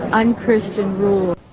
unchristian rules.